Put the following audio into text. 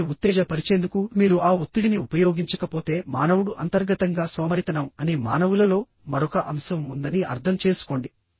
మిమ్మల్ని ఉత్తేజపరిచేందుకు మీరు ఆ ఒత్తిడిని ఉపయోగించకపోతే మానవుడు అంతర్గతంగా సోమరితనం అని మానవులలో మరొక అంశం ఉందని అర్థం చేసుకోండి